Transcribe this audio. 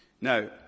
Now